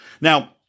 Now